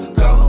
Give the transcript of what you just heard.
go